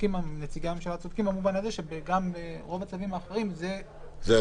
צודקים נציגי הממשלה במובן הזה שגם ברוב הצווים האחרים זה --- אצבע.